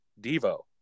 Devo